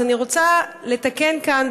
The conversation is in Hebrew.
אז אני רוצה לתקן כאן,